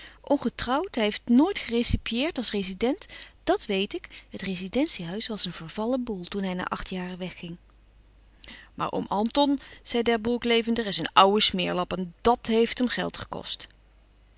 ongetrouwd hij heeft nooit gerecepieerd als rezident dàt weet ik het rezidentie-huis was een vervallen boel toen hij na acht jaren wegging maar oom anton zei d'herbourg levendig is een oude smeerlap en dàt heeft hem geld gekost